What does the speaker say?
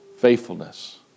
faithfulness